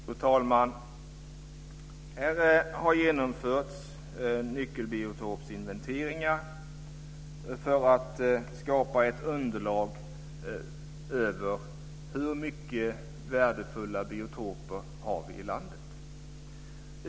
Fru talman! Det har genomförts nyckelbiotopsinventeringar för att man ska skapa ett underlag för hur många värdefulla biotoper som vi har i landet.